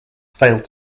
failed